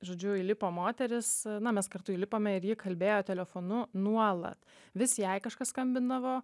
žodžiu įlipo moteris na mes kartu įlipome ir ji kalbėjo telefonu nuolat vis jai kažkas skambindavo